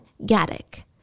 Gaddick